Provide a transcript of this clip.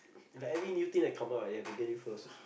like everything new thing that come out right you have to get it first